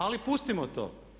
Ali pustimo to.